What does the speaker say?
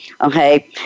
okay